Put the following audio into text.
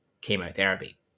chemotherapy